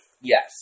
Yes